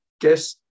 guess